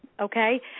okay